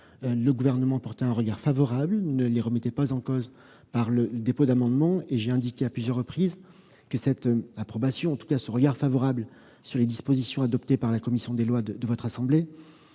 le Gouvernement portait un regard favorable et ne les remettrait pas en cause par le dépôt d'amendements. J'ai par la suite indiqué à plusieurs reprises que cette approbation, en tout cas ce regard favorable sur les dispositions adoptées par la commission des lois de votre assemblée,